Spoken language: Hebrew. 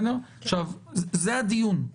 זה הדיון,